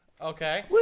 Okay